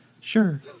Sure